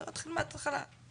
נתחיל מההתחלה.